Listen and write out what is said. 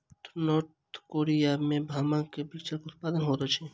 north Korea में भांगक किछ भागक उत्पादन होइत अछि